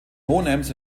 hohenems